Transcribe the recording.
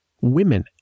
women